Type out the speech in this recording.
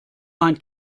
mein